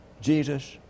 Jesus